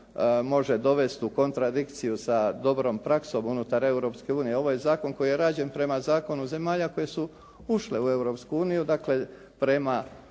može dovesti u kontradikciju sa dobrom praksom unutar Europske unije. Ovo je zakon koji je rađen prema zakonu zemalja koje su ušle u Europsku